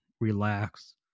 relax